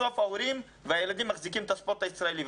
בסוף ההורים והילדים מחזיקים את הספורט הישראלי.